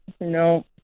No